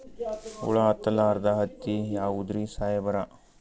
ಹುಳ ಹತ್ತಲಾರ್ದ ಹತ್ತಿ ಯಾವುದ್ರಿ ಸಾಹೇಬರ?